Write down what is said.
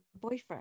boyfriend